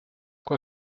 quoi